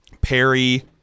Perry